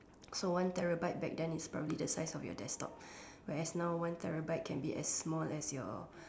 so one terabyte back then is probably the size of your desktop whereas now one terabyte can be as small as your